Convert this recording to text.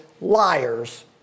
liars